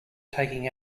taking